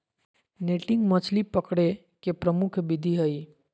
netting मछली पकडे के प्रमुख विधि हइ